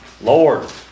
Lord